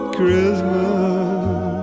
Christmas